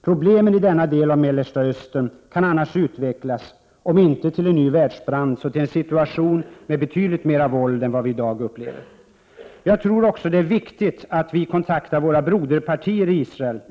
Problemen i denna del av Mellanöstern kan annars utvecklas, om inte till en ny världsbrand så till en situation med betydligt mera våld än vad vi i dag upplever. Jag tror också att det är viktigt att vi kontaktar våra broderpartier i Israel.